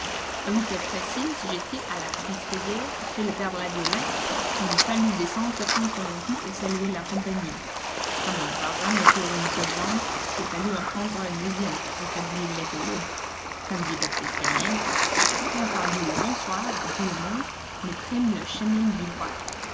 à huit heures précises j'étais à la petite rivière chez le père laviolette où il me fallut descendre prendre un coup et saluer la compagnie comme on ne part jamais sur une seule jambe il fallut en prendre un deuxième pour rétablir l'équilibre comme dit baptiste gallien et après avoir dit le bonsoir à tout le monde nous prîmes le chemin du roi